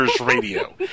radio